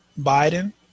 Biden